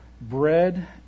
bread